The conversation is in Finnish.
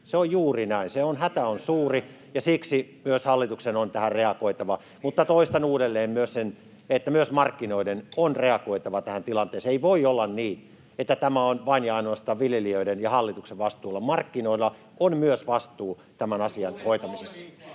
ryhmästä: Tiedetään!] ja siksi myös hallituksen on tähän reagoitava. Mutta toistan uudelleen sen, että myös markkinoiden on reagoitava tähän tilanteeseen. Ei voi olla niin, että tämä on vain ja ainoastaan viljelijöiden ja hallituksen vastuulla. Markkinoilla on myös vastuu tämä asian hoitamisessa.